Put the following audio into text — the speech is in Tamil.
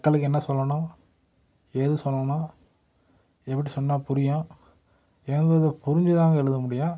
மக்களுக்கு என்ன சொல்லணும் ஏது சொல்லணும் எப்படி சொன்னால் புரியும் ஏங்க இது புரிஞ்சிதாங்க எழுத முடியும்